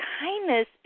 Kindness